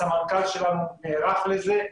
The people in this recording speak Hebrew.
הסמנכ"ל שלנו נערך לזה,